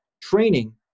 Training